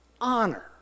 honor